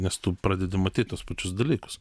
nes tu pradedi matyt tuos pačius dalykus